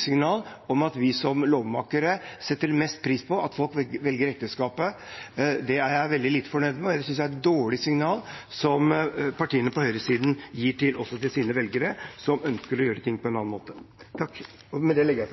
signal om at vi som lovmakere setter mest pris på at folk velger ekteskapet. Det er jeg veldig lite fornøyd med, og jeg synes det er et dårlig signal partiene på høyresiden gir til sine velgere som ønsker å gjøre ting på en annen måte. Jeg gleder meg over at vi nå har lagt